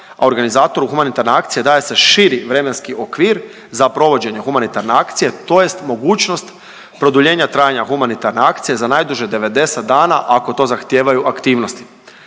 organizatoru humanitarne akcije daje se širi vremenski okvir za provođenje humanitarne akcije tj. mogućnost produljenja trajanja humanitarne akcije za najduže 90 dana ako to zahtijevaju aktivnosti,